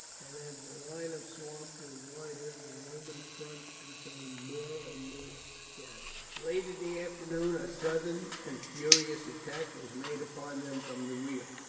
and as the line of swamp grew wider the roman front became more and more scattered. late in the afternoon a sudden and furious attack was made upon them from the rear,